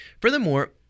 Furthermore